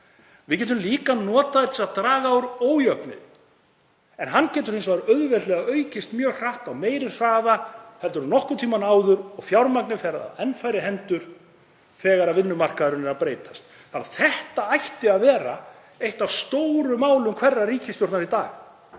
Við getum líka notað þær til að draga úr ójöfnuði en hann getur hins vegar auðveldlega aukist mjög hratt á meiri hraða en nokkurn tímann áður og fjármagnið fer á enn færri hendur þegar vinnumarkaðurinn er að breytast. Þetta ætti að vera eitt af stóru málum hverrar ríkisstjórnar í dag.